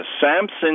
Samson